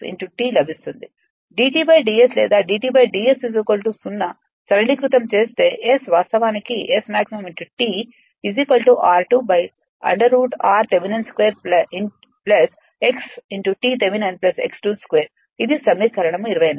d T d S లేదా d T d S 0 సరళీకృతం చేస్తే S వాస్తవానికి Smax T r2 √ r Thevenin 2 x Tథెవెనిన్ x 2 2ఇది సమీకరణం 28